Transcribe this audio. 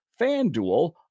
FanDuel